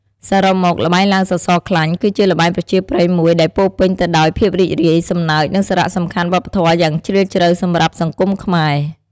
សរុបមក ល្បែងឡើងសសរខ្លាញ់ គឺជាល្បែងប្រជាប្រិយមួយដែលពោរពេញទៅដោយភាពរីករាយ សំណើច និងសារៈសំខាន់វប្បធម៌យ៉ាងជ្រាលជ្រៅសម្រាប់សង្គមខ្មែរ។